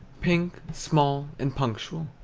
pink, small, and punctual,